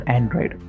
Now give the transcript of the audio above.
Android